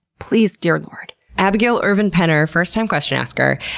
please, dear lord. abigail ervin-penner, first-time question asker,